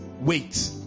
wait